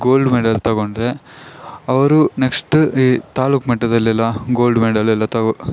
gold medal ತಗೊಂಡರೆ ಅವರು next ಈ ತಾಲೂಕು ಮಟ್ಟದಲ್ಲೆಲ್ಲ ಗೋಲ್ಡ್ ಮೆಡಲೆಲ್ಲ ತಗೋ